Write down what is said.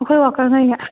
ꯑꯩꯈꯣꯏ ꯋꯥꯀꯔꯉꯩꯅ